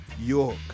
York